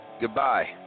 Goodbye